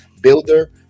Builder